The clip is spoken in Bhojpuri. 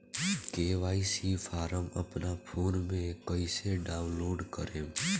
के.वाइ.सी फारम अपना फोन मे कइसे डाऊनलोड करेम?